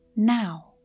Now